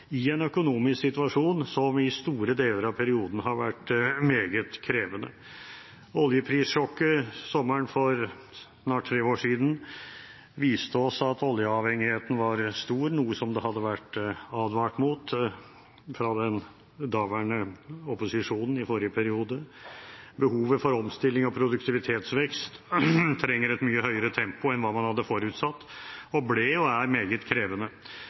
i en økonomisk situasjon som i store deler av perioden har vært meget krevende. Oljeprissjokket sommeren for snart tre år siden viste oss at oljeavhengigheten var stor, noe som det hadde vært advart mot fra den daværende opposisjonen, i forrige periode. Behovet for omstilling og produktivitetsvekst krever et mye høyere tempo enn hva man hadde forutsatt, og ble og er meget krevende.